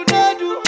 Nadu